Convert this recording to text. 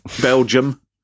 Belgium